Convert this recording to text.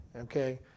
Okay